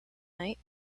night